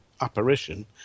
apparition